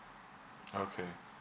okay